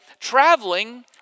traveling